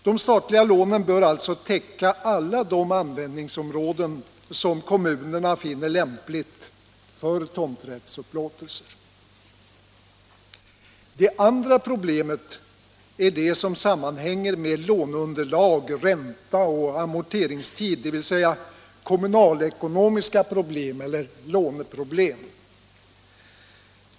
De statliga lånen bör alltså täcka alla de användningsområden som kommunerna finner lämpliga för tomträttsupplåtelser. Det andra problemet sammanhänger med låneunderlag, ränta och amorteringstid, dvs. kommunalekonomiska problem eller låneproblem.